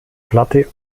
platte